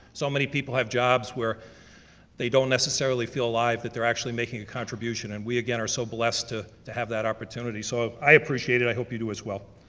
so many people have jobs where they don't necessarily feel alive, that they're actually making a contribution, and we again are so blessed to to have that opportunity, so i appreciate it, i hope you do as well.